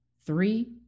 three